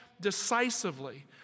decisively